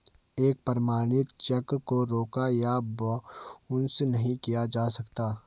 एक प्रमाणित चेक को रोका या बाउंस नहीं किया जा सकता है